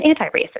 anti-racist